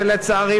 שלצערי,